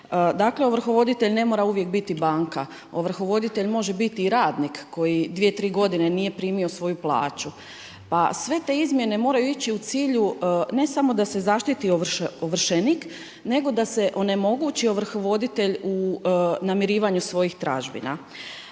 Dakle, ovrhovoditelj ne mora uvijek biti banka, ovrhovoditelj može biti i radnik koji 2, 3 godine nije primio svoju plaću. Pa sve te izmjene moraju ići u cilju ne samo da se zaštiti ovršenik nego da se onemogući ovrhovoditelj u namirivanju svojih tražbina.